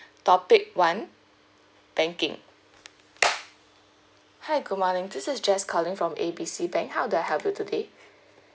topic one banking hi good morning this is jess calling from A B C bank how do I help you today